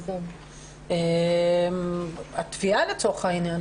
אז --- התביעה לצורך העניין.